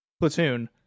platoon